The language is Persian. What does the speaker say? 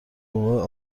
گواه